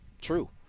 true